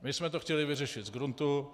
My jsme to chtěli vyřešit z gruntu.